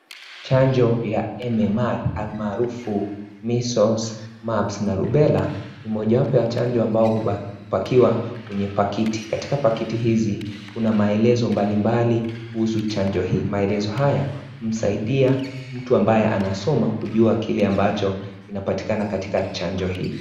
Chanjo ch MMR,almaharufu (CS)measles, mumps(CS) na (CS)rubella(CS)ni moja ya chanjo ambayo yamepakiwa kwenye pakiti. Katika pakiti hizi kuna melezo mbalimbali kuhusu chanjo hii. Maelezo haya husaidi mtu ambaye anasoma kujua kile ambaccho kinapatikana ktiika chanjo hii.